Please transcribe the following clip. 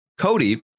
Cody